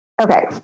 Okay